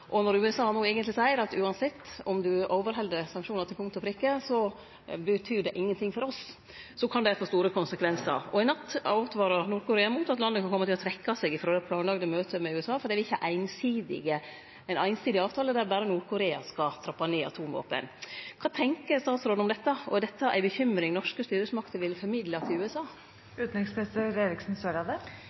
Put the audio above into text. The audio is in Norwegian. Og når USA no eigentleg seier at uansett om du overheld sanksjonane til punkt og prikke, betyr det ingenting for oss, kan det få store konsekvensar. I natt åtvarar Nord-Korea mot at landet kan kome til å trekkje seg frå det planlagde møtet med USA, fordi det er ein einsidig avtale, der berre Nord-Korea skal trappe ned atomvåpen. Kva tenkjer utanriksministeren om dette? Og er dette ei bekymring norske styresmakter vil formidle til USA?